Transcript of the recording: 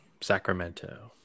Sacramento